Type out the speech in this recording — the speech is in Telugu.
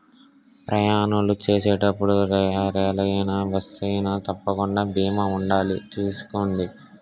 ప్రయాణాలు చేసేటప్పుడు రైలయినా, బస్సయినా తప్పకుండా బీమా ఉండాలి చూసుకోండి